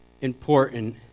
important